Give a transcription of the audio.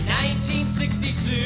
1962